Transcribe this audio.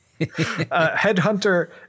Headhunter